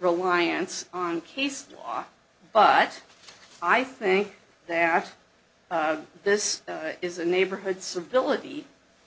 reliance on case law but i think that this is a neighborhood civility